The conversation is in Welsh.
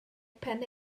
pen